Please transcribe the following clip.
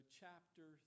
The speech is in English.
chapter